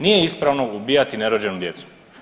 Nije ispravno ubijati nerođenu djecu.